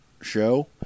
show